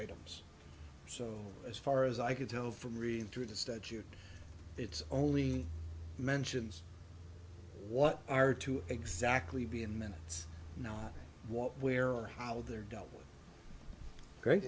items so as far as i can tell from reading through the statute it's only mentions what are to exactly be in minutes now what where or how they're dealt with creat